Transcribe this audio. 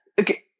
okay